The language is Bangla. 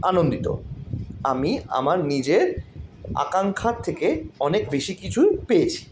আনন্দিত আমি আমার নিজের আকাঙ্ক্ষার থেকে অনেক বেশি কিছু পেয়েছি